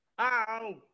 Ow